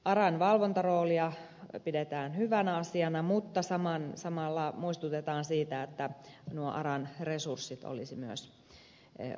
aran valvontaroolia pidetään hyvänä asiana mutta samalla muistutetaan siitä että nuo aran resurssit olisi myös varmistettava